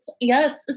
Yes